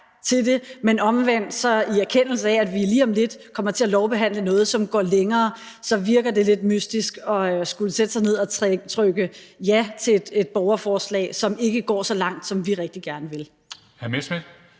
Men omvendt – i erkendelse af, at vi lige om lidt kommer til at lovbehandle noget, som går længere – virker det lidt mystisk at skulle sætte sig ned og trykke ja til et borgerforslag, som ikke går så langt, som vi rigtig gerne vil.